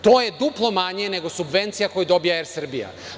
To je duplo manje nego subvencija koju dobija „ER Srbija“